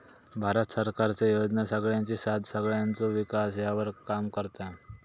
भारत सरकारचे योजना सगळ्यांची साथ सगळ्यांचो विकास ह्यावर काम करता